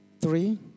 three